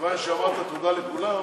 כיוון שאמרת תודה לכולם,